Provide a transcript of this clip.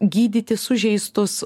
gydyti sužeistus